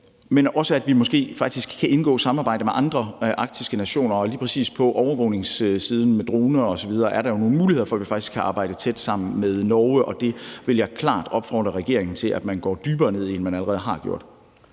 også, at vi måske kan indgå et samarbejde med andre arktiske nationer. Og lige præcis på overvågningssiden med droner osv. er der jo nogle muligheder for, at vi faktisk kan arbejde tæt sammen med Norge, og det vil jeg klart opfordre regeringen til at man går dybere ned i, end man allerede har gjort.